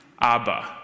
Abba